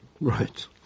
Right